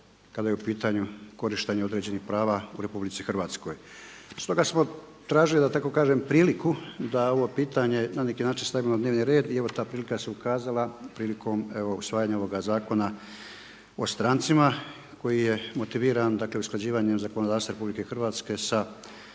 kada je u pitanju korištenje određenih prava u RH. Stoga smo tražili da tako kažem priliku da ovo pitanje na neki način stavimo na dnevni red i evo ta prilika se ukazala prilikom evo usvajanja ovoga Zakona o strancima koji je motiviran dakle usklađivanjem zakonodavstva RH sa